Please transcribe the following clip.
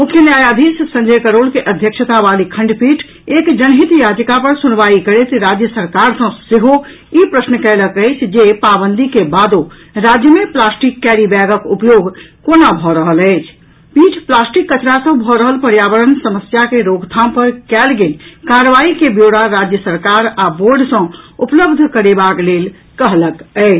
मुख्य न्यायाधीश संजय करोल के अध्यक्षता वाली खंडपीठ एक जनहित याचिका पर सुनवाई करैत राज्य सरकार सँ सेहो ई प्रश्न कयलक अछि जे पाबंदी के बादो राज्य मे प्लास्टिक कैरी बैगक उपयोग कोना भऽ रहल अछि पीठ प्लास्टिक कचरा सँ भऽ रहल पर्यावरण समस्या के रोकथाम पर कयल गेल कार्रवाई के ब्योरा राज्य सरकार आ बोर्ड सँ उपलब्ध करेबाक लेल कहलक अछि